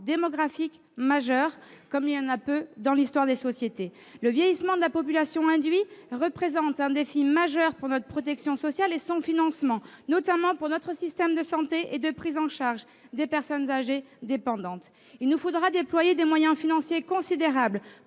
démographique majeur, comme il y en a peu dans l'histoire des sociétés. Le vieillissement de la population représente un défi majeur pour notre protection sociale et pour son financement, notamment pour notre système de santé et de prise en charge des personnes âgées dépendantes. Il nous faudra déployer des moyens financiers considérables